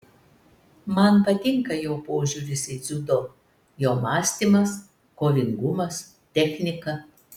man patinka jo požiūris į dziudo jo mąstymas kovingumas technika